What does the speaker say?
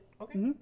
Okay